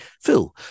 Phil